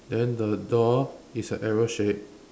then the door is a arrow shape